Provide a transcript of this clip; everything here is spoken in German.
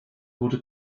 wurde